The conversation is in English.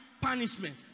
punishment